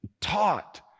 taught